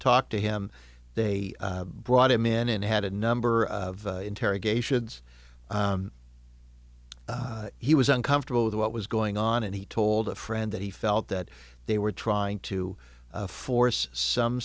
talk to him they brought him in and had a number of interrogations he was uncomfortable with what was going on and he told a friend that he felt that they were trying to force some